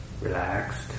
relaxed